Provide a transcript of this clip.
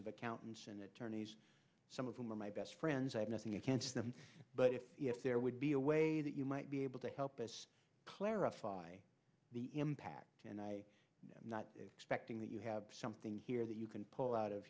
of accountants and attorneys some of whom are my best friends i have nothing against them but if there would be a way that you might be able to help us clarify the impact and i am not expecting that you have something here that you can pull out of